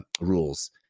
rules